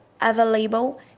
available